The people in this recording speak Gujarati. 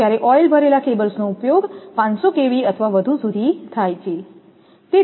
જ્યારે ઓઇલ ભરેલા કેબલ્સનો ઉપયોગ 500 kV અથવા વધુ સુધી થાય છે